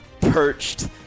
perched